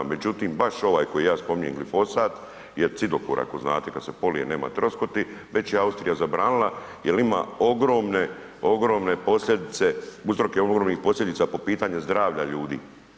Međutim, baš ovaj koji ja spominjem glifosat je cidokor, ako znate kad se polije nema troskoti, već je Austrija zabranila jer ima ogromne posljedice, uzroke ogromnih posljedica po pitanje zdravlja ljudi.